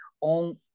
on